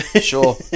sure